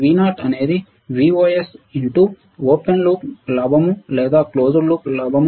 Vo అనేది Vos into open loop లాభం లేదా క్లోజ్డ్ లూప్ లాభం